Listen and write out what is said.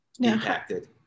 impacted